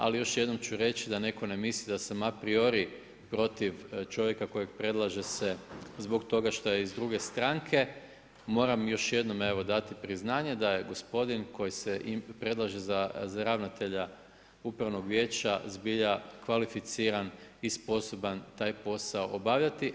Ali još jednom ću reći da neko ne misli da sam a priori protiv čovjeka kojeg predlaže se zbog toga šta je iz druge stranke, moram još jednom evo dati priznanje da je gospodin koji se predlaže za ravnatelja upravnog vijeća zbilja kvalificiran i sposoban taj posao obavljati.